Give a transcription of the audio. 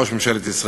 ראש ממשלת ישראל,